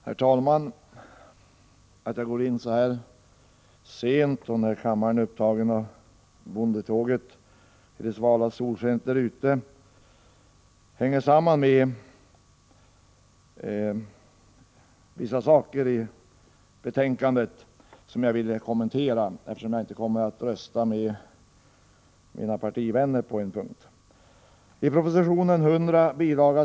Herr talman! Att jag går in så här sent i debatten, när kammaren är upptagen av bondetåget i det svala solskenet här utanför, hänger samman med vissa uppgifter i betänkandet, som jag vill kommentera eftersom jag på en punkt inte kommer att rösta med mina partivänner. I proposition 100 bil.